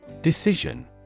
Decision